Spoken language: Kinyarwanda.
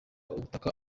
ubutaka